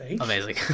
Amazing